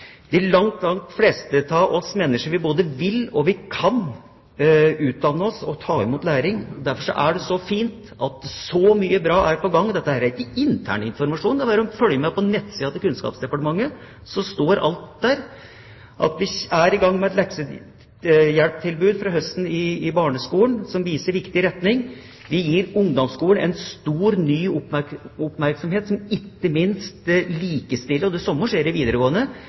De langt fleste av oss mennesker både vil og kan utdanne oss og ta imot læring. Derfor er det så fint at så mye bra er på gang. Dette er ikke intern informasjon, det er bare å følge med på nettsidene til Kunnskapsdepartementet. Alt står der: Vi er i gang med et leksehjelptilbud i barneskolen fra høsten, og det viser riktig retning. Vi gir ungdomsskolen en stor, ny oppmerksomhet – det samme skjer i videregående – som ikke minst likestiller praksis og